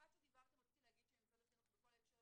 עד שדיברתם רציתי להגיד שמשרד החינוך בכל ההקשר